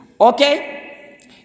okay